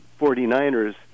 49ers